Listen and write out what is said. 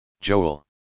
Joel